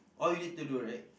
all you need to do right